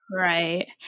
Right